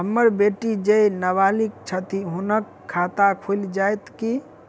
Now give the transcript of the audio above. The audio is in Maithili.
हम्मर बेटी जेँ नबालिग छथि हुनक खाता खुलि जाइत की?